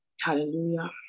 Hallelujah